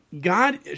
God